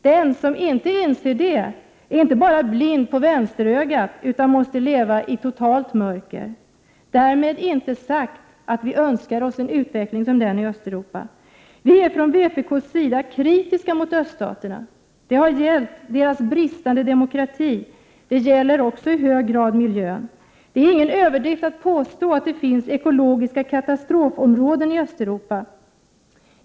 Den som inte inser det är inte bara blind på vänsterögat utan måste leva i totalt mörker. Därmed inte sagt att vi önskar oss en utveckling som den i Östeuropa. Vi är från vpk:s sida kritiska mot öststaterna. Det har gällt deras bristande demokrati, och det gäller också i hög grad miljön. Det är ingen överdrift att påstå att det finns ekologiska katastrofområden i Östeuropa.